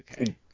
okay